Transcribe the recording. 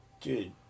Dude